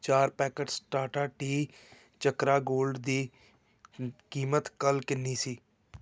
ਚਾਰ packets Tata tea Chakra gold ਦੀ ਕੀਮਤ ਕੱਲ੍ਹ ਕਿੰਨੀ ਸੀ